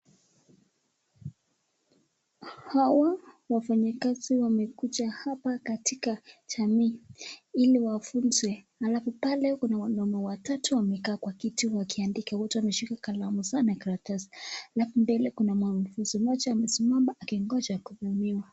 Hawa wafanyikazi wamekuja hapa katika jamii hili wafunze alafu pale wanaume watatu wamekaa kiti wakiandika wote wameshika kalamu na karatasi alafu mbele kuna mwanafunzi moja akingojea kuhudumiwa.